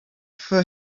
for